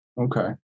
Okay